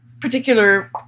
particular